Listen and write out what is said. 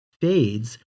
fades